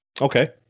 Okay